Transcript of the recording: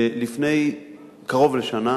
לפני קרוב לשנה,